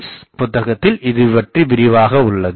Collins புத்தகத்தில் இதுபற்றி விரிவாக உள்ளது